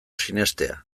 sinestea